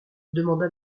demanda